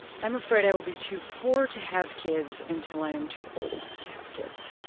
i'm afraid i will be too poor to have kids until i am too old to have kids.